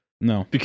No